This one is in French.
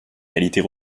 qualités